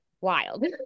wild